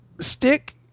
stick